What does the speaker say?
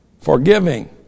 Forgiving